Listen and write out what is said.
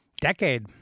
decade